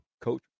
Coach